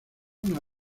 una